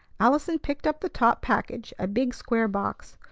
allison picked up the top package, a big, square box.